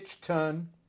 turn